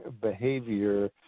behavior